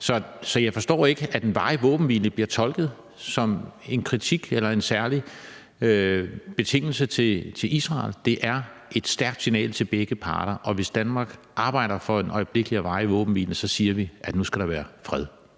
Så jeg forstår ikke, at en varig våbenhvile bliver tolket som en kritik eller en særlig betingelse i forhold til Israel. Det er et stærkt signal til begge parter, og hvis Danmark arbejder for en øjeblikkelig og varig våbenhvile, siger vi, at nu skal der være fred.